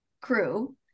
crew